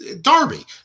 Darby